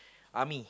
army